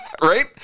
Right